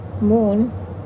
moon